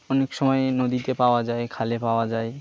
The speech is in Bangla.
অনেক সময়ে নদীতে পাওয়া যায় খালে পাওয়া যায়